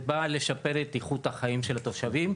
זה בא לשפר את איכות החיים של התושבים,